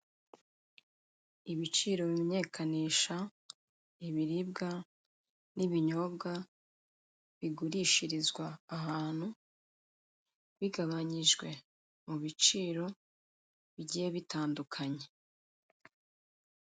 Ibiciro bimenyekanisha, ibiribwa n'ibinyobwa bigurishirizwa ahantu bigabanyijwe mu biciro bigiye bitandukanye.